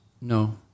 No